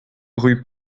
rue